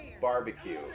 Barbecue